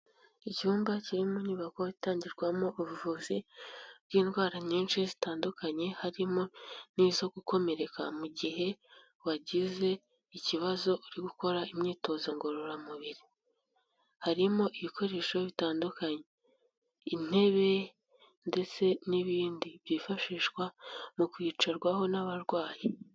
Icyumba kiri mu nyubako itangirwamo ubuvuzi bw'indwara nyinshi zitandukanye harimo n'izo gukomereka mu gihe wagize ikibazo uri gukora imyitozo ngororamubiri, harimo ibikoresho bitandukanye, intebe ndetse n'ibindi byifashishwa mu kwicarwaho n'abarwayi.